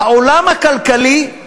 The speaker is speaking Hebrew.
העולם הכלכלי,